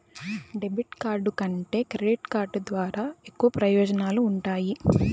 debit card కంటే credit card ద్వారా ఎక్కువ ప్రయోజనాలు వుంటయ్యి